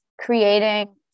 creating